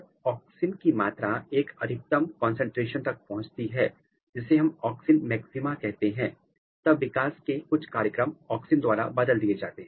जब ऑक्सिन की मात्रा एक अधिकतम कंसंट्रेशन तक पहुंचती है जिसे हम ऑक्सिन मैक्सिमा कहते हैं तब विकास के कुछ कार्यक्रम ऑक्सिन द्वारा बदल दिए जाते है